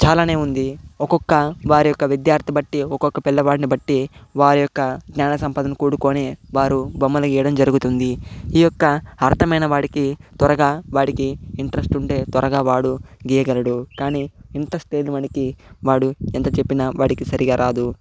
చాలానే ఉంది ఒక్కొక్క వారి యొక్క విద్యార్థి బట్టి ఒక్కొక్క పిల్లవాడిని బట్టి వారి యొక్క జ్ఞాన సంపదను కూడుకొని వారు బొమ్మలు గీయడం జరుగుతుంది ఈ యొక్క అర్థమైన వాడికి త్వరగా వాడికి ఇంట్రెస్టు ఉంటే త్వరగా వాడు గీయగలడు కానీ ఇంత ఇంట్రెస్ట్ లేని వాడికి వాడు ఎంత చెప్పినా వాడికి సరిగా రాదు